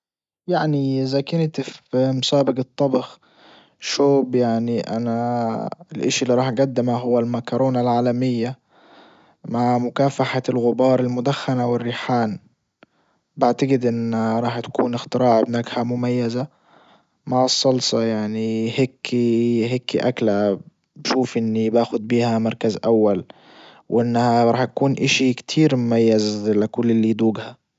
يعني اذا كنت في مسابجة طبخ شوب يعني انا الاشي اللي راح أجدمه هو المكرونة العالمية مع مكافحة الغبار المدخنة والريحان بعتجد انه راح تكون اختراع بنكهة مميزة مع الصلصة يعني هيكي هيكي اكلة بشوف اني باخد بيها مركز اول وانها رح تكون اشي كتير مميز لكل اللي يدوجها.